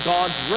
God's